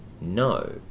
no